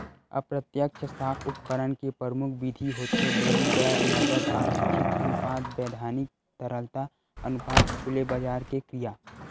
अप्रत्यक्छ साख उपकरन के परमुख बिधि होथे बेंक दर, नगद आरक्छित अनुपात, बैधानिक तरलता अनुपात, खुलेबजार के क्रिया